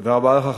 תודה רבה לך,